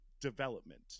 development